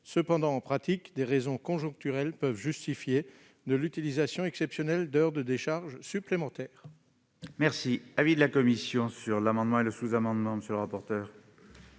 d'élèves, en pratique, des raisons conjoncturelles peuvent justifier l'utilisation exceptionnelle d'heures de décharge supplémentaires.